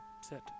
sit